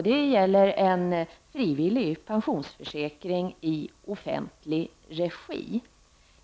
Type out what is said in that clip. Det gäller en frivillig pensionsförsäkring i offentlig regi.